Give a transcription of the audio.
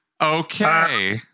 Okay